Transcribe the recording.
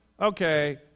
Okay